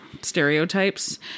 stereotypes